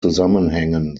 zusammenhängen